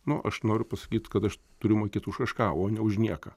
nu aš noriu pasakyt kad aš turiu mokėt už kažką o ne už nieką